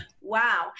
wow